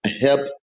help